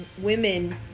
women